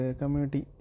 community